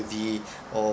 worthy or